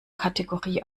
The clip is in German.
kategorie